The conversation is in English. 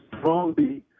strongly